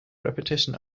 repetition